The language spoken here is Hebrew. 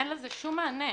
אין לזה שום מענה.